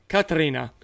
Katrina